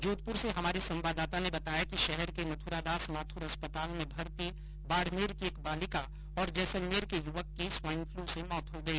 जोधपुर से हमारे संवाददाता ने बताया कि शहर के मथुरादास माथुर अस्पताल में भर्ती बाड़मेर की एक बालिका और जैसलमेर के युवक की स्वाईन फ्लू से मौत हो गई